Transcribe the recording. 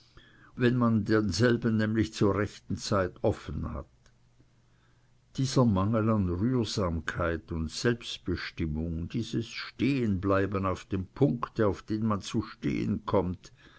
wenn man denselben nämlich zur rechten zeit offen hat dieser mangel an rührsamkeit und selbstbestimmung dieses stehenbleiben auf dem punkte auf den man zu stehen kommt